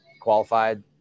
qualified